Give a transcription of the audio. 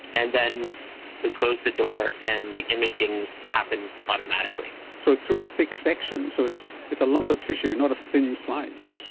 and then we close the door and the imaging happens automatically. so, through a thick section, so it's it's a lump of tissue, not a thin slice?